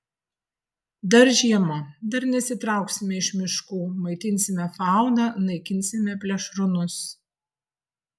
dar žiema dar nesitrauksime iš miškų maitinsime fauną naikinsime plėšrūnus